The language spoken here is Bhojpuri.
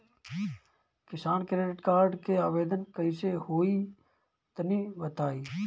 किसान क्रेडिट कार्ड के आवेदन कईसे होई तनि बताई?